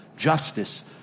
justice